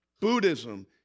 Buddhism